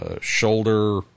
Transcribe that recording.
shoulder